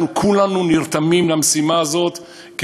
אנחנו כולנו נרתמים למשימה הזאת,